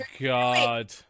God